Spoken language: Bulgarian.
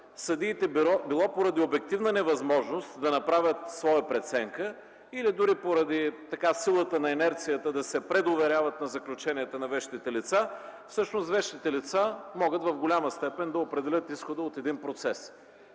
съдиите, било поради обективна невъзможност да направят своя преценка или дори поради силата на инерцията да се предоверяват на заключенията на вещите лица, всъщност вещите лица могат в голяма степен да определят изхода от един процес.